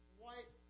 white